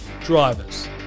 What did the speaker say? drivers